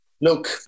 Look